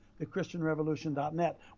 thechristianrevolution.net